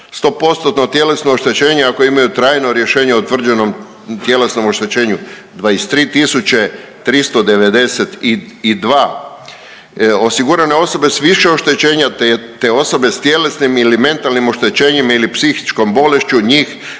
100% tjelesno oštećenje ako imaju trajno rješenje o utvrđenom tjelesnom oštećenju 23.392, osigurane osobe s više oštećenja te osobe s tjelesnim ili mentalnim oštećenjima ili psihičkom bolešću njih,